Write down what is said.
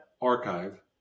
Archive